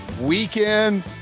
weekend